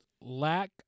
Lack